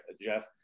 Jeff